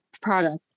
product